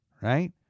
right